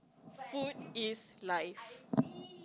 food is life